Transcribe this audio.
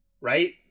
Right